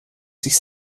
sich